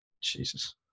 Jesus